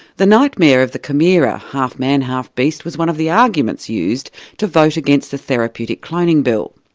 the nightmare of the chimera, a half-man, half-beast, was one of the arguments used to vote against the therapeutic cloning bill.